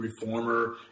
reformer